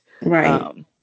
Right